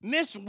Miss